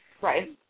Right